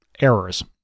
errors